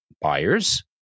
buyers